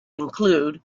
include